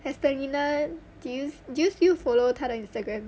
estelina do you do you still follow 他的 instagram